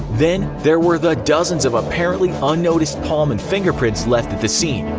then there were the dozens of apparently unnoticed palm and fingerprints left at the scene.